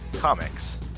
Comics